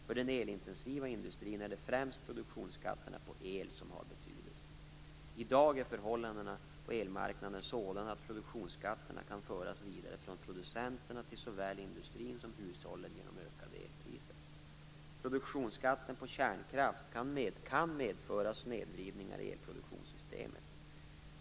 För den elintensiva industrin är det främst produktionsskatterna på el som har betydelse. I dag är förhållandena på elmarknaden sådana att produktionsskatterna kan föras vidare från producenterna till såväl industrin som hushållen genom ökade elpriser. Produktonsskatten på kärnkraft kan medföra snedvridningar i elproduktionssystemet.